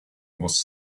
was